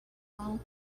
all